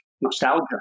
nostalgia